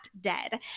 dead